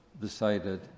decided